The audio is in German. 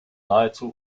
nahezu